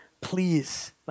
please